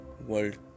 world